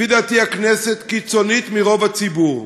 לפי דעתי הכנסת קיצונית מרוב הציבור,